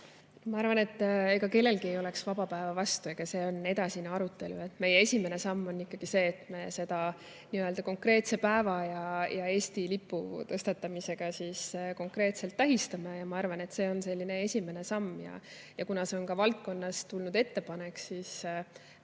Ma arvan, et ega kellelgi ei oleks [midagi] vaba päeva vastu. Aga see on edasine arutelu. Meie esimene samm on ikkagi see, et me seda konkreetse päeva ja Eesti lipu heiskamisega tähistame. Ma arvan, et see on selline esimene samm. Ja kuna see on valdkonnast tulnud ettepanek, siis ma